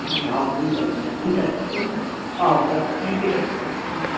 ए हवस् हुन्छ हुन्छ हुन्छ था हुन्छ हवस् ह त थ्याङ्क्यु डक्टर बाबु थ्याङ्क्यु